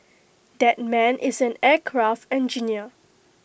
that man is an aircraft engineer